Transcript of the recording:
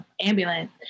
ambulance